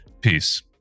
Peace